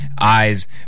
Eyes